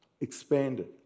expanded